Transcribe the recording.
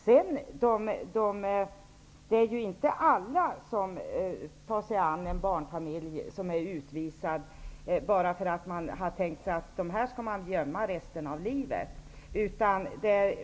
Alla tar sig ju inte an en barnfamilj som blivit utvisad, i syfte att gömma den för resten av livet.